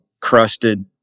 crusted